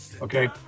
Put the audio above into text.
Okay